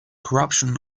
corruption